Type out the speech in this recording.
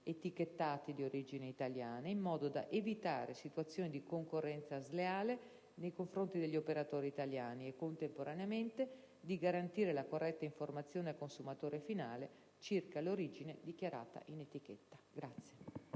etichettati di origine italiana, in modo da evitare situazioni di concorrenza sleale nei confronti degli operatori italiani e, contemporaneamente, di garantire la corretta informazione al consumatore finale circa l'origine dichiarata in etichetta.